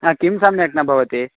हा किं सम्यक् न भवति